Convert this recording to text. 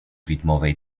widmowej